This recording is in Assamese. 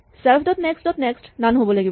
self dot next dot next none হ'ব লাগিব